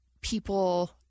people